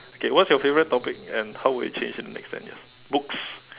okay what's your favorite topic and how would it change in the next ten years books